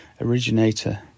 originator